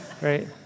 right